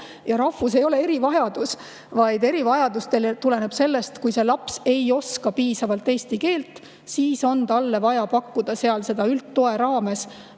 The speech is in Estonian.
Ja rahvus ei ole erivajadus, vaid erivajadus tuleneb sellest, kui laps ei oska piisavalt eesti keelt. Siis on talle vaja pakkuda üldtoe raames